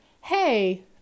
Hey